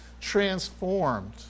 transformed